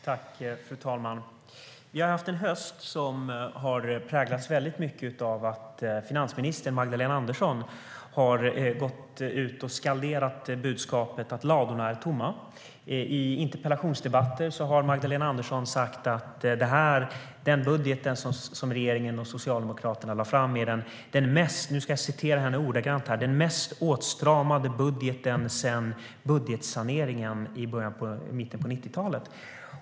Fru talman! Vi har haft en höst som har präglats mycket av att finansminister Magdalena Andersson har gått ut och skanderat budskapet att ladorna är tomma. I interpellationsdebatter har Magdalena Andersson sagt att den budget som regeringen och Socialdemokraterna lade fram är den mest åtstramade budgeten sedan budgetsaneringen i mitten av 90-talet.